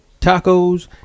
tacos